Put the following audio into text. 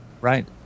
Right